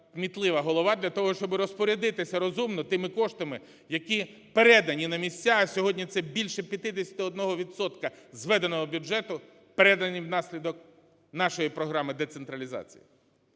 для того, щоби розпорядитися розумно тими коштами, які передані на місця, а сьогодні це більше 51 відсотка зведеного бюджету передані внаслідок нашої Програми децентралізації.